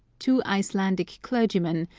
two icelandic clergymen,